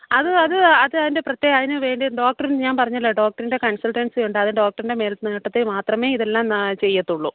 അത് അത് ആത് അതിൻ്റെ പ്രത്യേക അതിന് വേണ്ടി ഡോക്ടർ ഞാൻ പറഞ്ഞല്ലോ ഡോക്ടറിൻ്റെ കൺസൾട്ടൻസി ഉണ്ട് അത് ഡോക്ടറിൻ്റെ മേൽനോട്ടത്തിൽ മാത്രമേ ഇതെല്ലാം നാം ചെയ്യത്തുള്ളൂ